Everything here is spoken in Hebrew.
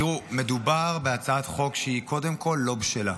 תראו, מדובר בהצעת חוק שהיא קודם כול לא בשלה.